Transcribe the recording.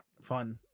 fun